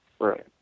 Right